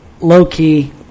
low-key